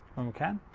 okay,